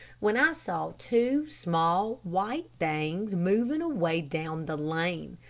when i saw two small, white things moving away down the lane.